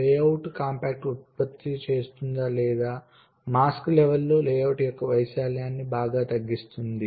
layout compactor ఉత్పత్తి చేస్తుంది లేదా మాస్క్ లెవెల్లో ల్లేఅవుట్ యొక్క వైశాల్యాన్ని బాగా తగ్గిస్తుంది